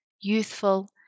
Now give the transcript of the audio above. youthful